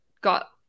got